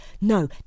No